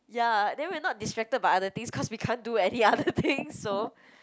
ya then we are not distracted by other things cause we can't do any other things so